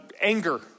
anger